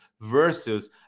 versus